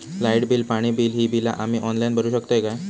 Light bill, पाणी bill, ही बिला आम्ही ऑनलाइन भरू शकतय का?